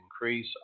increase